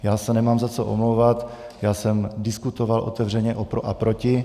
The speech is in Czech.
Já se nemám za co omlouvat, já jsem diskutoval otevřeně o pro a proti.